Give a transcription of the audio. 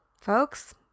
folks